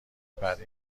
پرده